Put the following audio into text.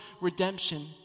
redemption